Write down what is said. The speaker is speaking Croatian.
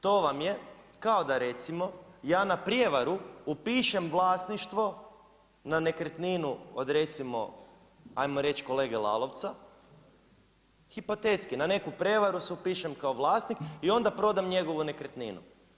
To vam je kao da recimo ja na prijevaru upišem vlasništvo na nekretninu od recimo hajmo reći kolege Lalovca hipotetski na neku prevaru se upišem kao vlasnik i onda prodam njegovu nekretninu.